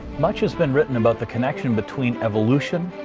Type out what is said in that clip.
much has been written about the connection between evolution,